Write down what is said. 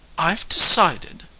i've decided,